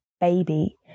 baby